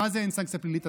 מה זה אין סנקציה פלילית?